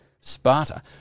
Sparta